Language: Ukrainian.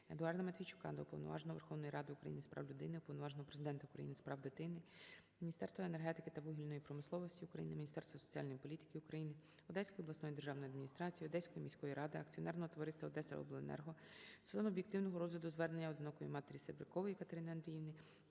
Едуарда Матвійчука до Уповноваженого Верховної Ради України з прав людини, Уповноваженого Президента України з прав дитини, Міністерства енергетики та вугільної промисловості України, Міністерства соціальної політики України, Одеської обласної державної адміністрації, Одеської міської ради, Акціонерного товариства «Одесаобленерго» стосовно об'єктивного розгляду звернення одинокої матері Серебрякової Катерини Андріївни,